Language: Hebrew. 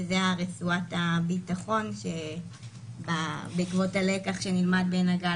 שזו רצועת הביטחון בעקבות הלקח שנלמד בין הגל